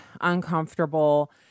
uncomfortable